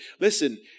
listen